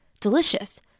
Delicious